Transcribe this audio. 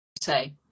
say